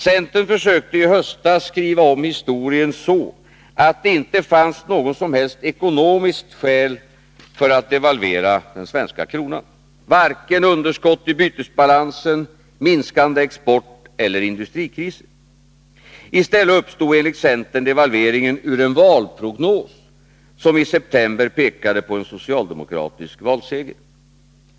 Centern försökte i höstas skriva om historien så, att det inte fanns något som helst ekonomiskt skäl för att devalvera den svenska kronan — varken underskott i bytesbalansen, minskande export eller industrikriser. I stället uppstod enligt centern devalveringen ur en valprognos, som i september pekade på en socialdemokratisk valseger.